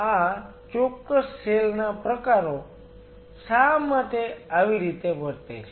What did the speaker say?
આ ચોક્કસ સેલ ના પ્રકારો શા માટે આવી રીતે વર્તે છે